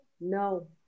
No